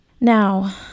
now